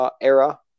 era